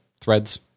threads